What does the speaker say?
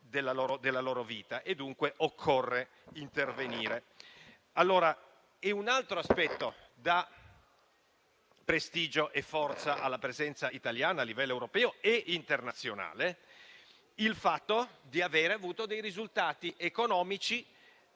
esauriscono e dunque occorre intervenire. Vi è poi un altro aspetto che dà prestigio e forza alla presenza italiana a livello europeo e internazionale: il fatto di aver avuto dei risultati economici